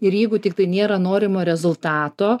ir jeigu tiktai nėra norimo rezultato